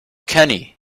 kenny